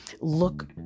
Look